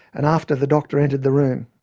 and after the doctor entered the room.